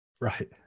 right